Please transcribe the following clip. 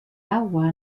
agua